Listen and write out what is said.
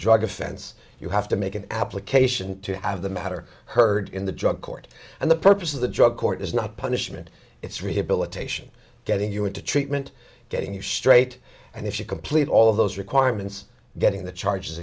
drug offense you have to make an application to have the matter heard in the drug court and the purpose of the drug court is not punishment it's rehabilitation getting you into treatment getting you straight and if you complete all of those requirements getting the charges